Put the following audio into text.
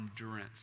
endurance